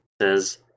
says